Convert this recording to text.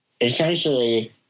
essentially